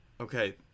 Okay